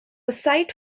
site